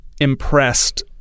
impressed